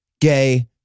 gay